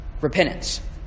repentance